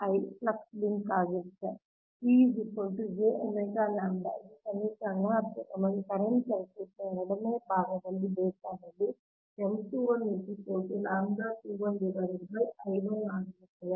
flux link ಆಗಿರುತ್ತದೆ ಇದು ಸಮೀಕರಣ 10 ನಮಗೆ ಕರೆಂಟ್ ಸರ್ಕ್ಯೂಟ್ನ ಎರಡನೇ ಭಾಗದಲ್ಲಿ ಬೇಕಾದಲ್ಲಿ ಆಗಿರುತ್ತದೆ